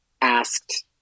asked